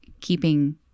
keeping